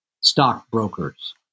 stockbrokers